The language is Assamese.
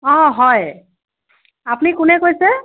অঁ হয় আপুনি কোনে কৈছে